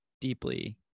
deeply